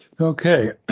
Okay